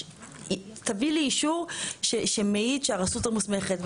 תביא לי אישור שמעיד שהרשות המוסמכת,